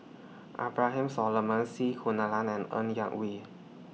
Abraham Solomon C Kunalan and Ng Yak Whee